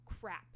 crap